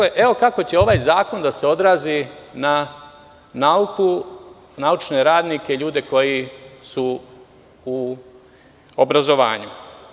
Evo, kako će ovaj zakon da se odrazi na nauku, naučne radnike, ljude koji su u obrazovanju?